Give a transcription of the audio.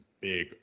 big